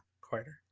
Quieter